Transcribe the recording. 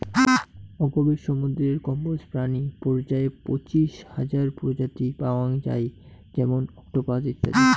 অগভীর সমুদ্রের কম্বোজ প্রাণী পর্যায়ে পঁচাশি হাজার প্রজাতি পাওয়াং যাই যেমন অক্টোপাস ইত্যাদি